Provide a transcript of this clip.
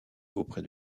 auprès